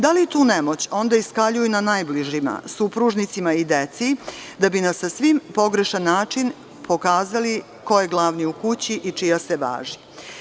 Da li tu nemoć onda iskaljuju na najbližima, supružnicima i deci, da bi na sasvim pogrešan način pokazali ko je glavni u kući i čija se važi?